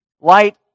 Light